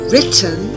Written